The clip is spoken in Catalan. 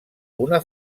una